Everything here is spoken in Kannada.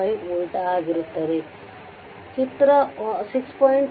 5 ವೋಲ್ಟ್ ಚಿತ್ರ 6